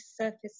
surface